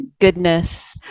Goodness